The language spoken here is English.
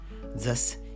thus